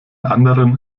anderen